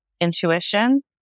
intuition